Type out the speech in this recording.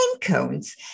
cones